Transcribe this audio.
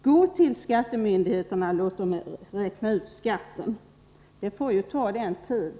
Gå till skattemyndigheterna och låt dem räkna ut skatten! Det får ta den tid det kräver.